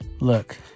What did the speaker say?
Look